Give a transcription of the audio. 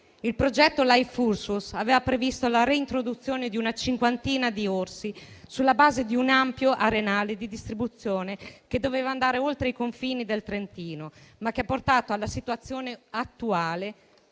Il progetto Life Ursus aveva previsto la reintroduzione di una cinquantina di orsi sulla base di un ampio arenale di distribuzione, che doveva andare oltre i confini del Trentino, ma che ha portato alla situazione attuale